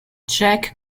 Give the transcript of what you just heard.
jack